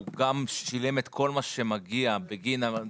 הוא שילם כל מה שמגיע בגין הדירה.